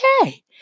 okay